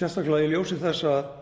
sérstaklega í ljósi þess að